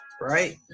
right